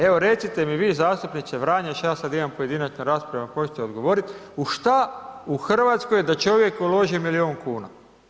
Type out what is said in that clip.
Evo recite mi vi zastupnice Vranješ, ja sada imam pojedinačnu raspravu ako hoćete odgovoriti u šta u Hrvatskoj da čovjek uloži milijun kuna.